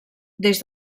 des